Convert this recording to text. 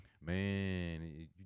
Man